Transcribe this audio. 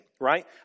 right